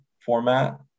format